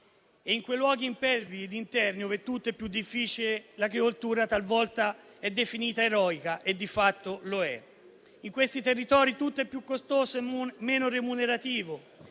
In quei luoghi impervi e interni dove tutto è più difficile, l'agricoltura talvolta è definita eroica e di fatto lo è. In questi territori tutto è più costoso e meno remunerativo,